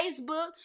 Facebook